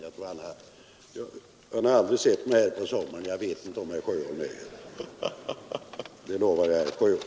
Herr Sjöholm har aldrig sett mig här i riksdagen på sommaren, och jag lovar att han aldrig skall få det heller.